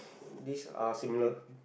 these are similar